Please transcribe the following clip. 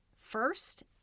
first